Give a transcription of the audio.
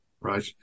right